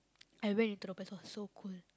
I went into the so cool